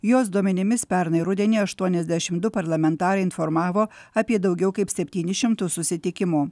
jos duomenimis pernai rudenį aštuoniasdešimt du parlamentarai informavo apie daugiau kaip septynis šimtus susitikimų